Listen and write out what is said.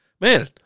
man